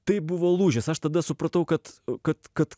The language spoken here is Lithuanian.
tai buvo lūžis aš tada supratau kad kad kad